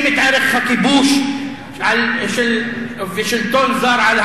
תמיד התנגדנו לפגיעה באזרחים באשר הם.